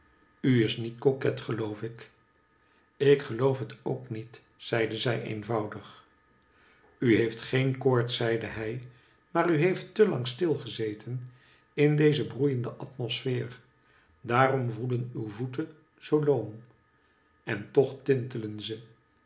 u is niet coquet geloof ik ik geloof het ook niet zeide zij eenvoudig u heeft geen koorts zeide hij maar u heeft te lang stil gezeten in deze broeiende atmosfeer daarom voelen uw voeten zoo loom en toch tintelen ze